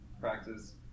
practice